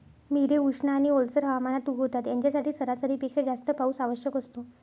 मिरे उष्ण आणि ओलसर हवामानात उगवतात, यांच्यासाठी सरासरीपेक्षा जास्त पाऊस आवश्यक असतो